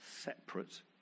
separate